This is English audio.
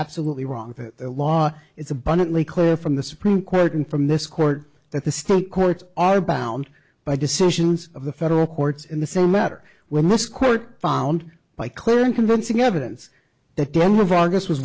absolutely wrong the law is abundantly clear from the supreme court and from this court that the state courts are bound by decisions of the federal courts in the same matter when this court found by clear and convincing evidence that denver progress was